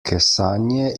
kesanje